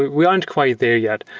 we aren't quite there yet.